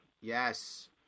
Yes